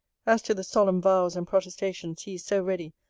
as to the solemn vows and protestations he is so ready,